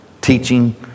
teaching